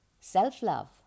self-love